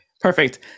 Perfect